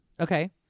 Okay